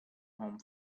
home